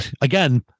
again